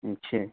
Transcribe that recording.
اچھا